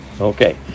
Okay